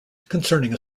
concerning